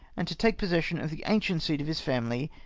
and to take possession of the ancient seat of his family,